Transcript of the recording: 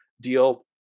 deal